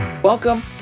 Welcome